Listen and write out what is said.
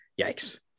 yikes